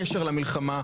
קשר למלחמה,